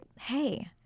hey –